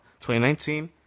2019